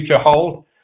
hold